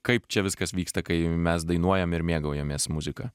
kaip čia viskas vyksta kai mes dainuojam ir mėgaujamės muzika